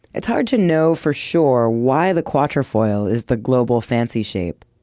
it's hard to know for sure why the quatrefoil is the global fancy shape.